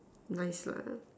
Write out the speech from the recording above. nice lah